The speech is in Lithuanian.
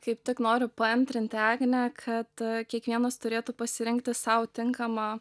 kaip tik noriu paantrinti agnę kad kiekvienas turėtų pasirinkti sau tinkamą